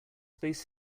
space